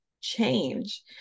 change